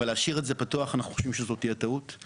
אבל אנחנו חושבים שזאת טעות להשאיר את זה פתוח.